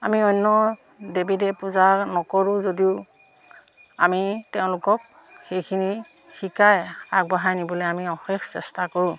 আমি অন্য দেৱী দেৱ পূজা নকৰোঁ যদিও আমি তেওঁলোকক সেইখিনি শিকাই আগবঢ়াই নিবলৈ আমি অশেষ চেষ্টা কৰোঁ